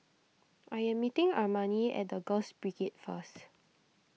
I am meeting Armani at the Girls Brigade first